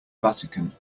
vatican